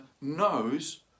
knows